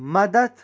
مدتھ